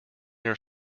your